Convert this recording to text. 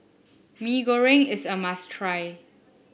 Mee Goreng is a must try